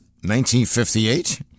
1958